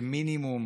במינימום